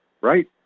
Right